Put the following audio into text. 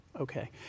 Okay